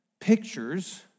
Pictures